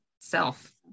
self